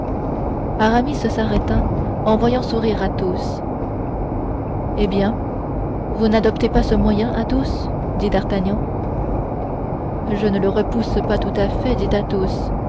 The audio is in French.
aramis s'arrêta en voyant sourire athos eh bien vous